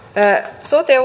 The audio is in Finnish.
sote